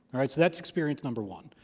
all right, so that's experience number one.